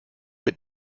mit